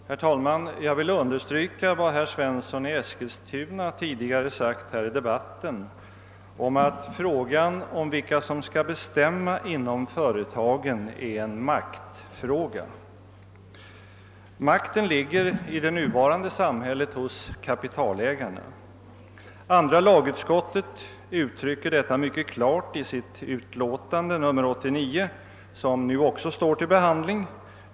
Herr talman! Jag vill understryka herr Svenssons i Eskilstuna uttalande tidigare under denna debatt att spörsmålet om vilka som skall bestämma inom företagen är en maktfråga. Makten ligger i det nuvarande samhället hos kapitalägarna. Andra lagutskottet uttrycker detta förhållande mycket klart i sitt utlåtande nr 89, som vi nu också diskuterar.